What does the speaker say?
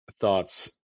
thoughts